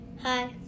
Hi